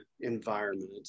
environment